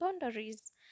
boundaries